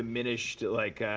diminished, like,